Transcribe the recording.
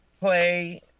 play